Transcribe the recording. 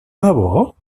debò